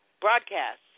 broadcast